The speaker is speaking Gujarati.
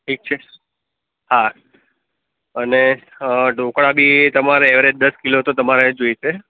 ઠીક છે હા અને અ ઢોકળા બી તમારે એવરેજ દસ કિલો તો તમારે જોઇશે